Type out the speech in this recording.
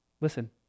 Listen